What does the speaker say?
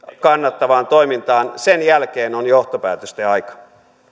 kannattavaan toimintaan sen jälkeen on johtopäätösten aika